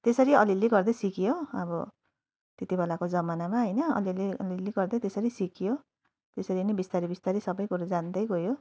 त्यसरी अलिअलि गर्दै सिकेँ हो अब त्यति बेलाको जमानामा होइन अलिअलि अलिअलि गर्दै त्यसरी सिकियो त्यसरी नै बिस्तारै बिस्तारै सबै कुरो जान्दै गइयो